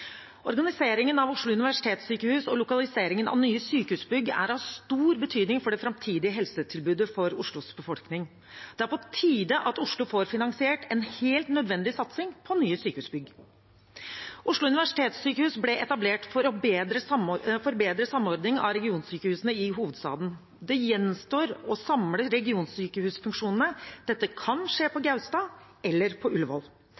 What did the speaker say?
Organiseringen av Oslo universitetssykehus og lokaliseringen av nye sykehusbygg er av stor betydning for det framtidige helsetilbudet for Oslos befolkning. Det er på tide at Oslo får finansiert en helt nødvendig satsing på nye sykehusbygg. Oslo universitetssykehus ble etablert for å bedre samordningen av regionsykehusene i hovedstaden. Det gjenstår å samle regionsykehusfunksjonene. Dette kan skje på Gaustad eller på